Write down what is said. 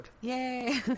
Yay